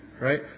Right